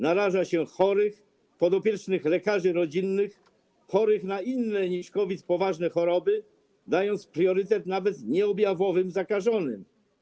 Naraża się chorych, podopiecznych lekarzy rodzinnych, chorych na inne niż COVID poważne choroby, dając priorytet nawet nieobjawowym zakażonym.